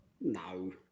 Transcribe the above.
No